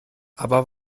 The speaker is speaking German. aber